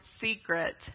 secret